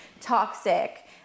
toxic